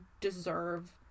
deserve